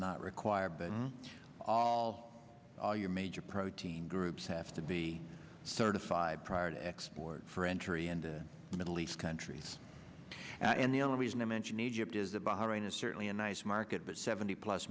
not require been all your major protein groups have to be certified prior to export for entry and the middle east countries and the only reason i mention egypt is about hiring a certainly a nice market with seventy plus